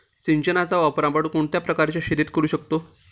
सिंचनाचा वापर आपण कोणत्या प्रकारच्या शेतीत करू शकतो?